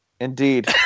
indeed